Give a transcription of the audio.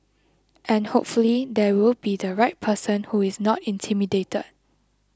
and hopefully there will be the right person who is not intimidated